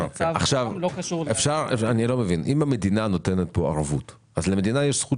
ברגע שהמדינה נותנת פה ערבות יש לה זכות